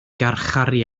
garcharu